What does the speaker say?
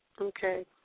Okay